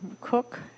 cook